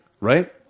right